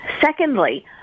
Secondly